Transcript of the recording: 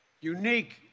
unique